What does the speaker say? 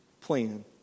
plan